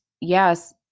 yes